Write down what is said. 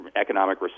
economic